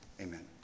amen